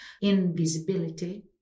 invisibility